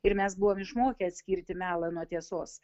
ir mes buvom išmokę atskirti melą nuo tiesos